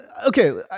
Okay